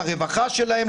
לרווחה שלהם,